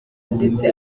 ndetse